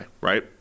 right